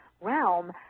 realm